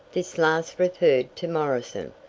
this last referred to morrison.